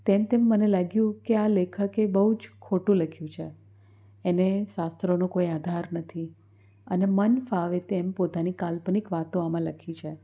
તેમ તેમ મને લાગ્યું કે આ લેખકે બહું જ ખોટું લખ્યું છે એને શાસ્ત્રોનો કોઈ આધાર નથી અને મન ફાવે તેમ પોતાની કાલ્પનિક વાતો આમાં લખી છે